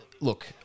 Look